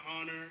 honor